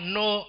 no